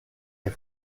est